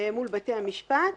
מול בתי המשפט,